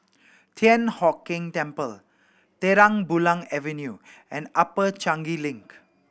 Thian Hock Keng Temple Terang Bulan Avenue and Upper Changi Link